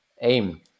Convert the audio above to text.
aim